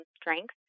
strength